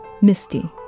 Misty